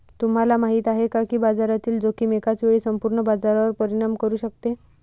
तुम्हाला माहिती आहे का की बाजारातील जोखीम एकाच वेळी संपूर्ण बाजारावर परिणाम करू शकते?